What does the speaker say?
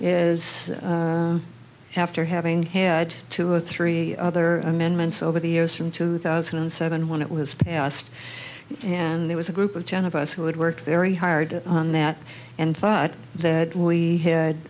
as after having had two or three other amendments over the years from two thousand and seven when it was passed and there was a group of ten of us who had worked very hard on that and thought that we had